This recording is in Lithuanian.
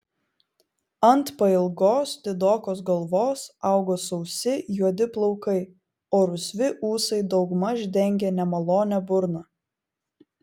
ant pailgos didokos galvos augo sausi juodi plaukai o rusvi ūsai daugmaž dengė nemalonią burną